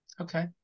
Okay